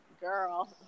girl